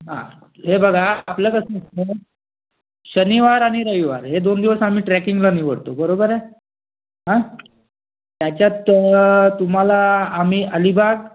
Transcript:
हे बघा आपलं कसं शनिवार आणि रविवार हे दोन दिवस आम्ही ट्रॅकिंगला निवडतो बरोबर आहे त्याच्यात तुम्हाला आम्ही अलिबाग